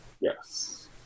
Yes